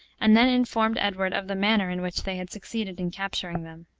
and then informed edward of the manner in which they had succeeded in capturing them.